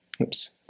Oops